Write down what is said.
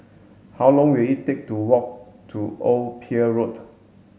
how long will it take to walk to Old Pier Road